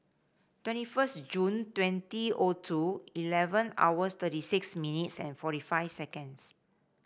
twenty first June twenty O two eleven hours thirty six minutes and forty five seconds